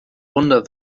wunder